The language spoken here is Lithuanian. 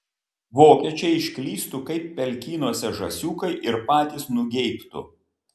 vokiečiai išklystų kaip pelkynuose žąsiukai ir patys nugeibtų